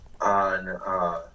on